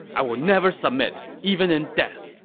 i will never submit, even in death!